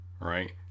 right